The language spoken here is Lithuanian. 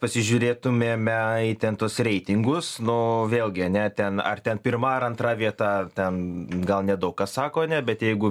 pasižiūrėtumėme į ten tuos reitingus nuo vėlgi ane ten ar ten pirma ar antra vieta ten gal nedaug ką sako ane bet jeigu